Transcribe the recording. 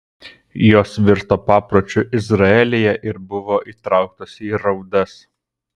jos virto papročiu izraelyje ir buvo įtrauktos į raudas